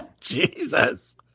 Jesus